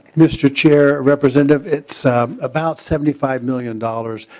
mr. chair representative it's about seventy five million dollars.